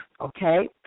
okay